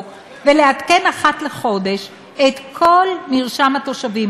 ולעדכן אחת לחודש את כל מרשם התושבים,